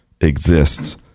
exists